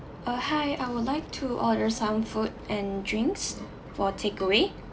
uh hi I would like to order some food and drinks for takeaway